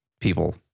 people